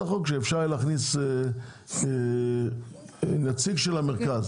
החוק שאפשר יהיה להכניס נציג של המרכז,